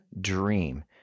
Dream